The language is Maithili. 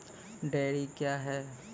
डेयरी क्या हैं?